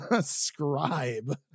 scribe